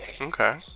okay